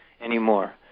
anymore